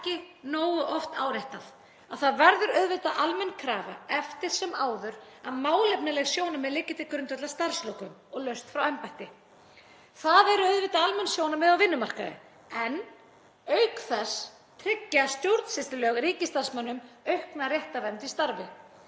ekki nógu oft áréttað að það verður auðvitað almenn krafa eftir sem áður að málefnaleg sjónarmið liggi til grundvallar starfslokum og lausn frá embætti. Það eru auðvitað almenn sjónarmið á vinnumarkaði en auk þess tryggja stjórnsýslulög ríkisstarfsmönnum aukna réttarvernd í starfi.